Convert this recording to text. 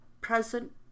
present